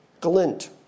glint